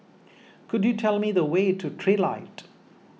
could you tell me the way to Trilight